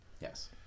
Yes